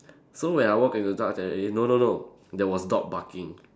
so when I walk into the dark alley no no no there was dog barking